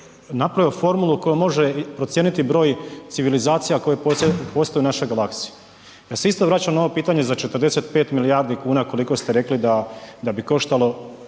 napravio formulu kojom može procijeniti broj civilizacija koje postoje u našoj galaksiji. Ja se isto vraćam na ovo pitanje za 45 milijardi kuna koliko ste rekli da bi koštalo,